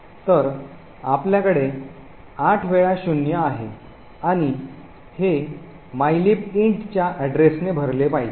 तर आपल्याकडे 0000 0000 आहे आणि हे my lib int mylib int च्या address ने भरले पाहिजे